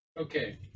okay